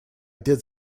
did